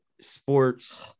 sports